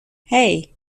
hey